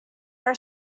are